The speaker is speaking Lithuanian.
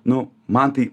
nu man tai